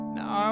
Now